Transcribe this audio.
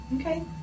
Okay